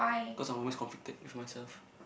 cause I'm always conflicted with myself